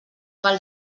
pel